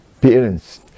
parents